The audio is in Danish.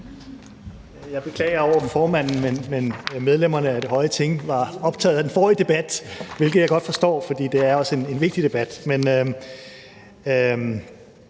over for formanden, men medlemmerne af det høje Ting var optaget af den forrige debat, hvilket jeg godt forstår, for det er også en vigtig debat.